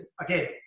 again